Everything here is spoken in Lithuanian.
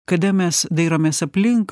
kada mes dairomės aplink